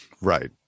Right